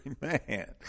Man